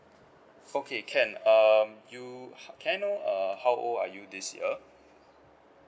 okay can um you can I know uh how old are you this year